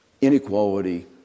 inequality